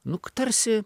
nu k tarsi